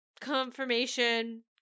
confirmation